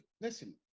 Listen